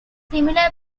similar